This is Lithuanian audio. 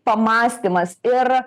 pamąstymas ir